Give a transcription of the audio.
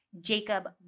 Jacob